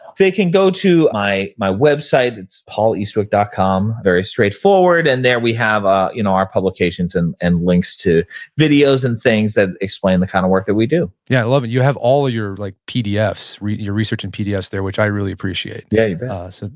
they can go to my website. it's pauleastwick dot com. very straightforward, and there we have ah you know our publications and and links to videos and things that explain the kind of work that we do yeah, i love it. you have all your like pdfs, your research and pdfs there, which i really appreciate. yeah so,